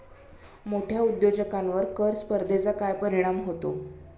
मोठ्या उद्योजकांवर कर स्पर्धेचा काय परिणाम होतो?